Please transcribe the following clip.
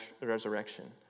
resurrection